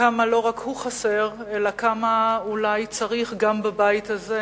לא רק כמה הוא חסר, אלא כמה אולי צריך גם בבית הזה